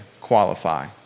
qualify